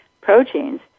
proteins